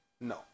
No